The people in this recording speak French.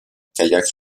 kayak